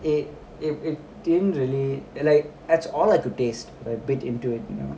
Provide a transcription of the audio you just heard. it it it didn't really like that's all I could taste when I bit into it you know